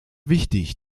wichtig